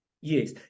Yes